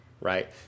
right